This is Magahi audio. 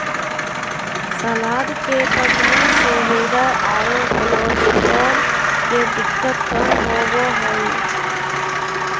सलाद के पत्तियाँ से हृदय आरो कोलेस्ट्रॉल के दिक्कत कम होबो हइ